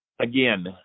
again